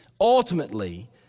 Ultimately